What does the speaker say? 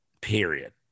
Period